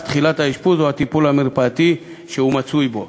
תחילת האשפוז או הטיפול המרפאתי שהוא מצוי בו.